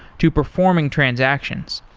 to performing transactions,